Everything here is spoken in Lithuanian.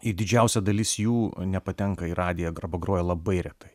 ir didžiausia dalis jų nepatenka į radiją arba groja labai retai